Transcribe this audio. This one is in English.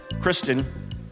Kristen